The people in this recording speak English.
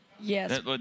Yes